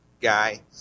guy